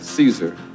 Caesar